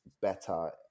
better